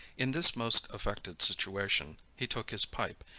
in this most afflicted situation, he took his pipe,